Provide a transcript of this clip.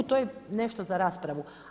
To je nešto za raspravu.